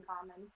common